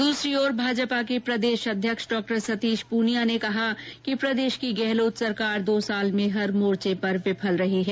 दूसरी ओर भाजपा के प्रदेश अध्यक्ष डॉ सतीश प्रनिया ने कहा कि प्रदेश की गहलोत सरकार दो साल में हर मोर्चे पर विफल रही है